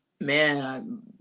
man